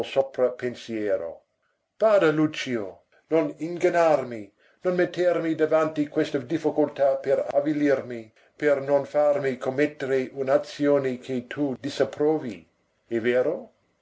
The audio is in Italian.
pensiero bada lucio non ingannarmi non mettermi davanti questa difficoltà per avvilirmi per non farmi commettere un'azione che tu disapprovi è vero